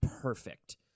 perfect